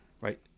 right